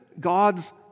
God's